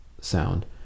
sound